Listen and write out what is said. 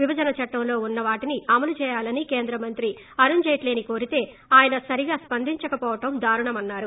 విభజన చట్టంలో ఉన్న వాటిని అమలు చేయాలని కేంద్ర మంత్రి అరుణ్ జైట్లీని కోరితే ఆయన సరిగా స్పందించకవోవడం దారుణమన్సారు